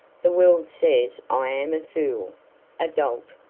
the world says i am a fool, a dolt,